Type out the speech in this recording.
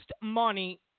money